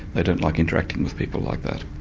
they don't like interacting with people like that.